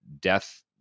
death